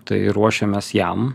tai ruošiamės jam